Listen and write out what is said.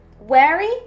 wary